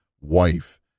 wife